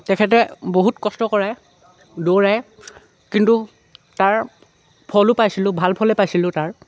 তেখেতে বহুত কষ্ট কৰে দৌৰে কিন্তু তাৰ ফলো পাইছিলোঁ ভাল ফলে পাইছিলোঁ তাৰ